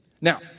Now